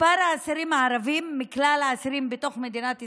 מספר האסירים הערבים מכלל האסירים בתוך מדינת ישראל,